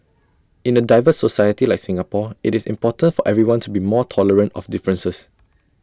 in A diverse society like Singapore IT is important for everyone to be more tolerant of differences